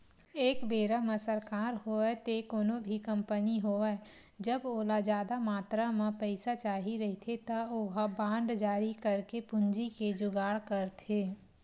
एक बेरा म सरकार होवय ते कोनो भी कंपनी होवय जब ओला जादा मातरा म पइसा चाही रहिथे त ओहा बांड जारी करके पूंजी के जुगाड़ करथे